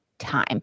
time